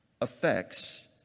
affects